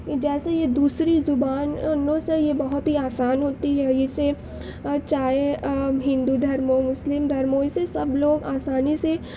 جیسے یہ دوسری زبان زبانوں سے یہ بہت ہی آسان ہوتی ہے اور اسے چاہے ہندو دھرم ہو مسلم دھرم ہو اسے سب لوگ آسانی سے